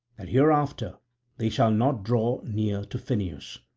that hereafter they shall not draw near to phineus.